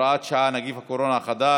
(הוראת שעה, נגיף הקורונה החדש),